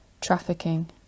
trafficking